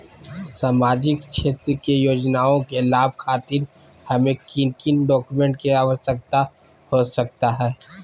सामाजिक क्षेत्र की योजनाओं के लाभ खातिर हमें किन किन डॉक्यूमेंट की आवश्यकता हो सकता है?